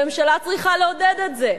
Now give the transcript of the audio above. הממשלה צריכה לעודד את זה.